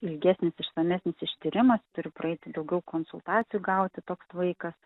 ilgesnis išsamesnis ištyrimas turi praeiti daugiau konsultacijų gauti toks vaikas